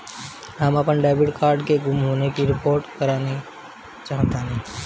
हम अपन debit card के गुम होने की रिपोर्ट करे चाहतानी